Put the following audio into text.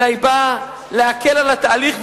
אלא היא באה להקל על התהליך,